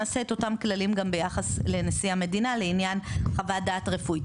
נעשה את אותם כללים גם ביחס לנשיא המדינה לעניין חוות דעת רפואית.